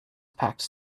packed